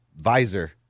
visor